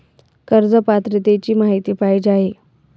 कर्ज पात्रतेची माहिती पाहिजे आहे?